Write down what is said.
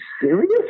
serious